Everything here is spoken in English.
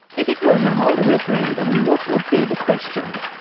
if it were to hold a referendum, what would be the question?